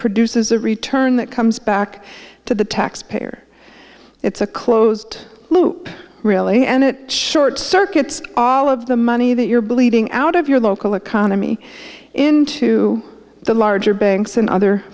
produces a return that comes back to the taxpayer it's a closed loop really and it short circuits all of the money that you're bleeding out of your local economy into the larger banks and other